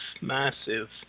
massive